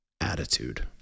attitude